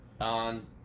on